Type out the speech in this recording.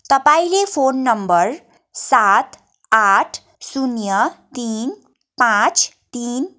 तपाईँँले phone number सात आठ शून्य तिन पाँच तिन